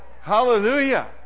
Hallelujah